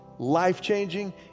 Life-changing